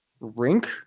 rink